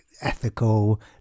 ethical